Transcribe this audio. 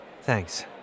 Thanks